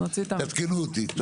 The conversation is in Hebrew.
תעדכנו אותי.